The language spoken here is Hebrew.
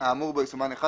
האמור בו יסומן (1),